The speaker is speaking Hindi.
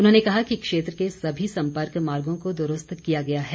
उन्होंने कहा कि क्षेत्र के सभी संपर्क मार्गों को द्रूस्त कर दिया गया है